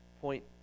point